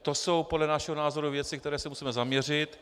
To jsou podle našeho názoru věci, na které se musíme zaměřit.